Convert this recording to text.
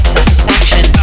Satisfaction